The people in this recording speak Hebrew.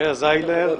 מר זיילר.